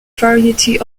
variety